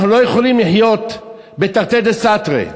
אנחנו לא יכולים לחיות בתרתי דסתרי.